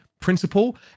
Principle